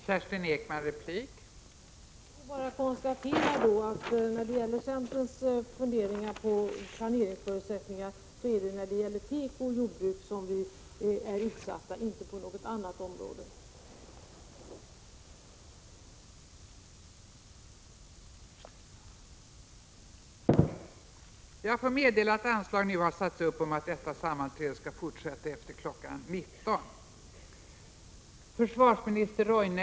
Fru talman! Jag vill bara konstatera att när det gäller centerns funderingar på planeringsförutsättningar så är det beträffande teko och jordbruk som vi är utsatta, inte på något annat område.